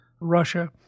Russia